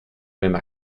même